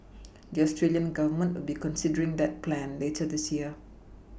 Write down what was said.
the Australian Government will be considering that plan later this year